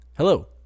Hello